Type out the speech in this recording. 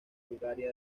bulgaria